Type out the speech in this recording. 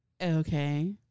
okay